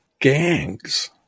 gangs